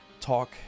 talk